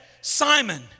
Simon